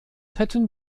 hätten